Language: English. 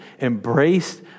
embraced